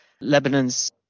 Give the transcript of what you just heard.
Lebanon's